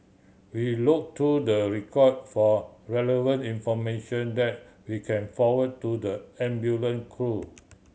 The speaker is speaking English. we look through the record for relevant information that we can forward to the ambulance crew